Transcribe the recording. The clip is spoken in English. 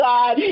God